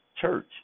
church